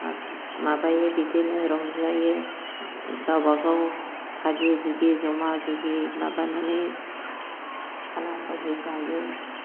माबायो बिदिनो रंजायो गाबागाव भागि जुगि जमा जुगि माबानानै खाना खाजि जायो